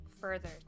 further